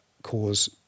cause